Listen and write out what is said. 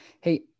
Hey